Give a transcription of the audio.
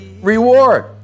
reward